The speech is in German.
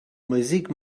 musik